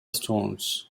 stones